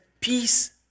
peace